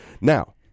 Now